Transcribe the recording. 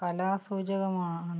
കലാസൂചകമാണ്